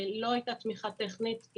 שלא הייתה תמיכה טכנית.